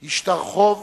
היא שטר חוב